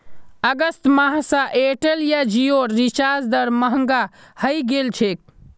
अगस्त माह स एयरटेल आर जिओर रिचार्ज दर महंगा हइ गेल छेक